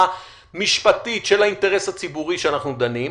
המשפטית של האינטרס הציבורי שאנחנו דנים,